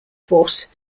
force